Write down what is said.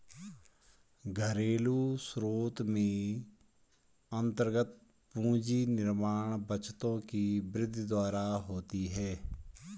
घरेलू स्रोत में अन्तर्गत पूंजी निर्माण बचतों की वृद्धि द्वारा होती है